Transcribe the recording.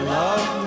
love